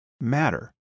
matter